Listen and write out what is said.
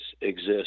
exist